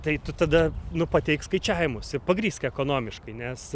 tai tu tada nu pateik skaičiavimus ir pagrįsk ekonomiškai nes